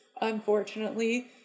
unfortunately